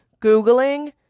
Googling